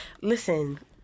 Listen